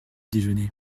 déjeuner